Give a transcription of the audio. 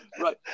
right